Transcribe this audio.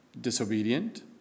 disobedient